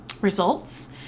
results